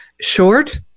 short